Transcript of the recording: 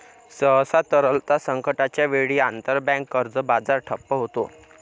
सहसा, तरलता संकटाच्या वेळी, आंतरबँक कर्ज बाजार ठप्प होतो